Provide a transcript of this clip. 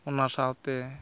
ᱚᱱᱟ ᱥᱟᱶᱛᱮ